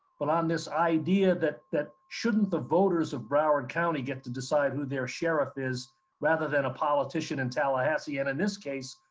but on this idea that that shouldn't the voters of broward county get to decide who their sheriff is rather than a politician in tallahassee, and in this case,